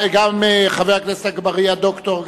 גם חבר הכנסת אגבאריה הוא דוקטור,